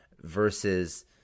versus